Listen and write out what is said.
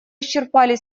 исчерпали